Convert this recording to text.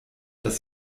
dass